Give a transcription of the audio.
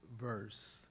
verse